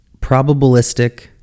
probabilistic